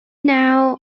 now